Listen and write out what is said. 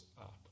up